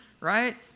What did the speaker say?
right